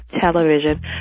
television